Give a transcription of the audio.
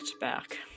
back